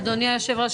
אדוני יושב הראש,